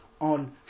on